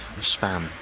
spam